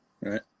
right